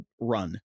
run